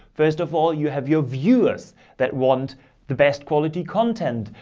first of all, you have your viewers that want the best quality content,